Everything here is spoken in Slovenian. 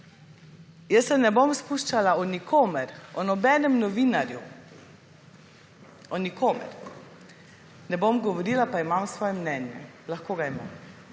Jaz se ne bom spuščala o nikomer, o nobenem novinarju, o nikomer ne bom govorila, pa imam svoje mnenje. Lahko ga imam.